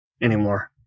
anymore